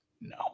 No